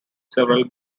several